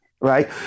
Right